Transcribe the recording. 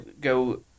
go